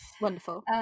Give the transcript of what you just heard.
Wonderful